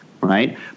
right